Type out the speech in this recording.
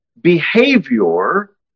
behavior